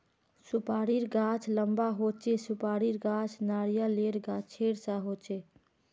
सुपारीर गाछ लंबा होचे, सुपारीर गाछ नारियालेर गाछेर सा होचे